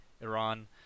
Iran